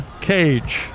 Cage